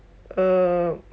err